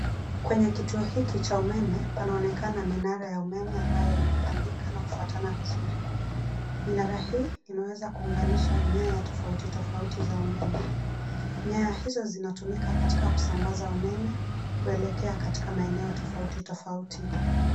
Kwenye kituo hiki cha umeme panaonekana minara ya umeme ambayo imepangika na kufuatana vizuri. Minara hii imeweza kuunganisha nyaya tofauti tofauti za umeme. Nyaya hizo zinatumika katika kusambaza umeme kuelekea katika maeneo tofauti tofauti.